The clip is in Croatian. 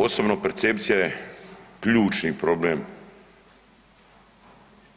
Osobno percepcija je ključni problem,